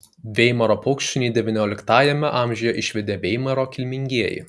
veimaro paukštšunį devynioliktajame amžiuje išvedė veimaro kilmingieji